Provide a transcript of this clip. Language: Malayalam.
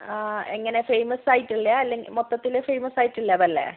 ആ എങ്ങനെയാണ് ഫേമസ് ആയിട്ടുള്ളത് അല്ലേ മൊത്തത്തിൽ ഫേമസ് ആയിട്ടുള്ളതല്ലേ